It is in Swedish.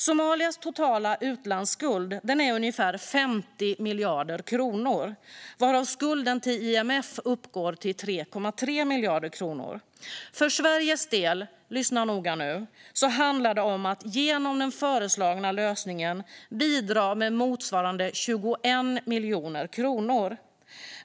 Somalias totala utlandsskuld är ungefär 50 miljarder kronor, varav skulden till IMF uppgår till 3,3 miljarder kronor. För Sveriges del - lyssna noga nu - handlar det om att genom den föreslagna lösningen bidra med motsvarande 21 miljoner kronor.